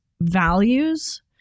values